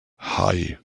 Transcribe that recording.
hei